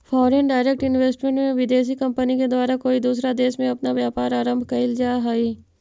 foreign direct investment में विदेशी company के द्वारा कोई दूसरा देश में अपना व्यापार आरंभ कईल जा हई